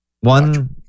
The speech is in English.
One